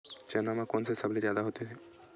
चना म कोन से सबले जादा होथे?